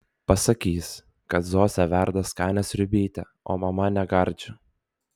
pasakys kad zosė verda skanią sriubytę o mama negardžią